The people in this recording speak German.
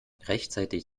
rechtzeitig